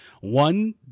one